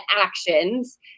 actions